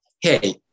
hey